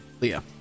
Leah